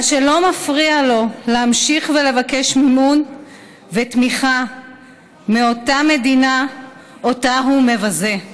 מה שלא מפריע לו להמשיך לבקש מימון ותמיכה מאותה מדינה שאותה הוא מבזה.